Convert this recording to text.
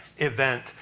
event